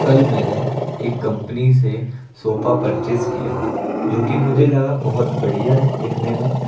कल मैंने एक कम्पनी से सोफ़ा परचेस किया जो कि मुझे लगा बहुत बढ़िया है दिखने में